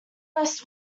less